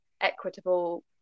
equitable